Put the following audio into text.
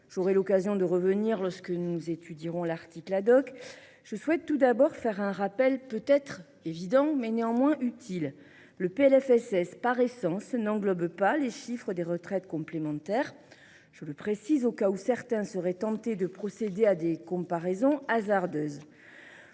j’aurai l’occasion de revenir lorsque nous étudierons l’article, je souhaite tout d’abord faire un rappel, peut être évident, mais néanmoins utile. Le PLFSS, par essence, n’englobe pas les retraites complémentaires ; je le précise dans le cas où certains seraient tentés de procéder à des comparaisons hasardeuses.